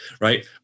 Right